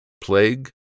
plague